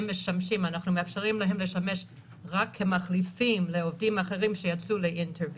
אנחנו מאפשרים להם לשמש רק כמחליפים לעובדים אחרים שיצאו לאינטר ויזה,